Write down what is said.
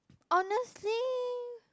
honestly